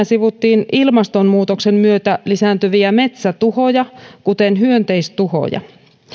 sivuttiin ilmastonmuutoksen myötä lisääntyviä metsätuhoja kuten hyönteistuhoja